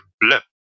blip